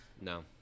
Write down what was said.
No